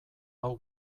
hau